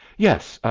yes,